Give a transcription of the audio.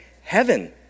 heaven